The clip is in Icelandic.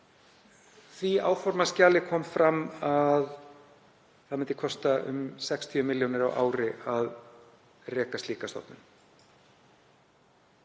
því áformaskjali kom fram að það myndi kosta um 60 milljónir á ári að reka slíka stofnun.